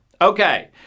Okay